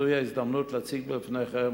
וזוהי ההזדמנות להציג בפניכם,